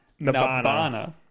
Nabana